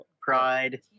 pride